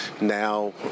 now